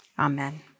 Amen